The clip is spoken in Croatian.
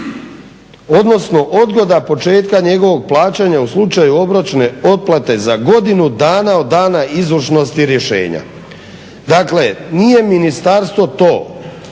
odnosno odgoda početka njegovog plaćanja u slučaju obročne otplate za godinu dana od dana izvršnosti rješenja. Dakle, nije ministarstvo to,